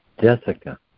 Jessica